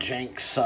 Jenks